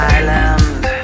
Island